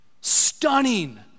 Stunning